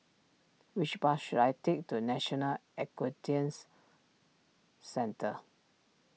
which bus should I take to National a quest Tian's Centre